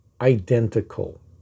identical